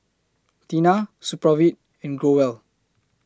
Tena Supravit and Growell